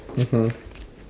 mmhmm